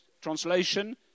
Translation